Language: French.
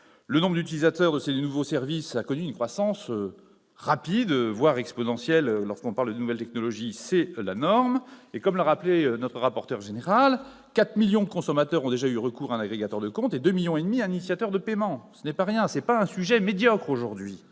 Le nombre d'utilisateurs de ces nouveaux services a connu une croissance rapide, voire exponentielle- c'est la norme en matière de nouvelles technologies ! Comme l'a rappelé notre rapporteur, 4 millions de consommateurs ont déjà eu recours à un agrégateur de comptes et 2,5 millions ont déjà fait appel à un initiateur de paiement. Ce n'est pas rien ! Ce n'est plus un sujet médiocre aujourd'hui.